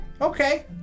Okay